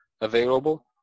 available